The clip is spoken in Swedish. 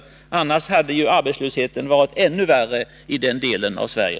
Utan dessa företag hade arbetslösheten i den delen av Sverige varit ännu värre.